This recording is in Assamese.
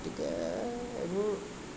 গতিকে এইবোৰ